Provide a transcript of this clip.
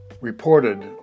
reported